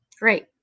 great